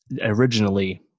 originally